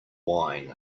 wine